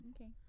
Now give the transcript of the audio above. Okay